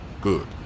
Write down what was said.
Good